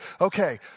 okay